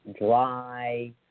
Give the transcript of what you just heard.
dry